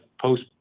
post